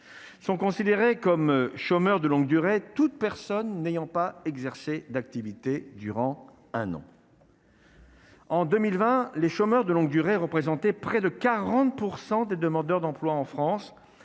sont considérés comme chômeurs de longue durée, toute personne n'ayant pas exercé d'activité durant un an. En 2020 les chômeurs de longue durée représentaient près de 40 % des demandeurs d'emploi en France